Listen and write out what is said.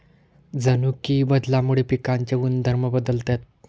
जनुकीय बदलामुळे पिकांचे गुणधर्म बदलतात